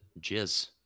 Jizz